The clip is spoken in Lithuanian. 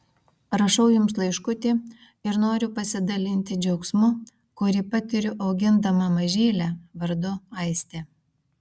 rašau jums laiškutį ir noriu pasidalinti džiaugsmu kurį patiriu augindama mažylę vardu aistė